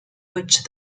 which